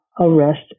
arrest